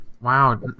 Wow